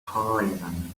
tourism